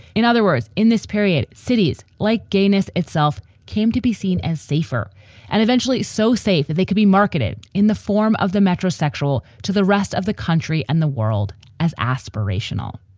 in other words, in this period, cities like gayness itself came to be seen as safer and eventually so safe that they could be marketed in the form of the metrosexual to the rest of the country and the world as aspirational.